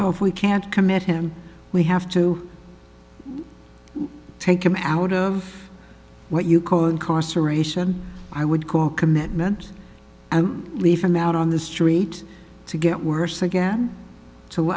so if we can't commit him we have to take him out of what you call incarceration i would call commitment and leave him out on the street to get worse again so